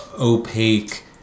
opaque